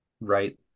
right